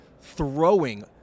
throwing